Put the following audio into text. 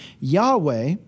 Yahweh